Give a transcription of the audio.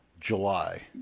July